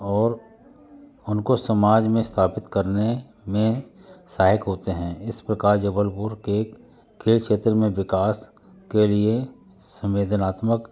और उनको समाज में स्थापित करने में सहायक होते हैं इस प्रकार जबलपुर के के क्षेत्र में विकास के लिए संवेदनात्मक